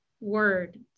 word